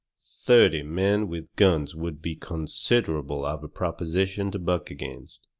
thirty men with guns would be considerable of a proposition to buck against,